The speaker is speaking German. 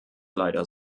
leider